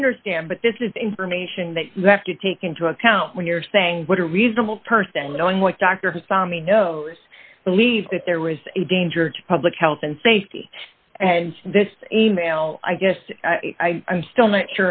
i understand but this is information that you have to take into account when you're saying what a reasonable person knowing what dr hassan he knows believes that there was a danger to public health and safety and this e mail i guess i'm still not